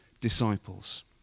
disciples